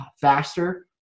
faster